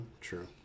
true